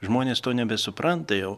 žmonės to nebesupranta jau